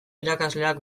irakasleak